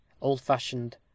old-fashioned